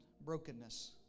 brokenness